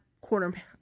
quarter